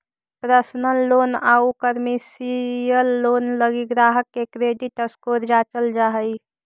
personal loan आउ commercial loan लगी ग्राहक के क्रेडिट स्कोर जांचल जा हइ